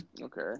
Okay